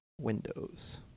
windows